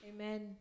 Amen